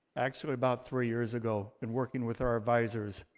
actually about three years ago in working with our advisors.